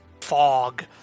fog